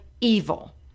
evil